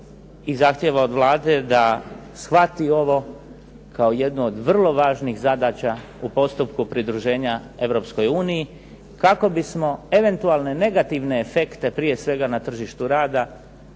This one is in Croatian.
i zahtjeva od Vlade da shvati ovo kao jednu od vrlo važnih zadaća u postupku pridruženja Europskoj uniji kako bismo negativne efekte prije svega na tržištu rada